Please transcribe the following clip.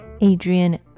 Adrian